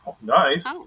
Nice